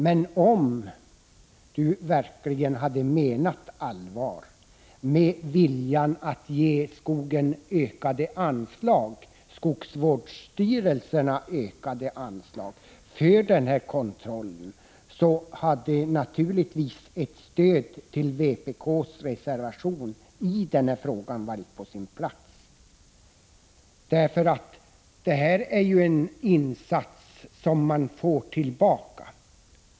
Men om Jan Fransson verkligen hade menat allvar med viljan att ge skogsvårdsstyrelserna ökade anslag för den kontrollen, hade naturligtvis ett stöd för vpk:s reservation i den här frågan varit på sin plats. Det här är ju en insats som man får tillbaka.